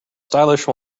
stylish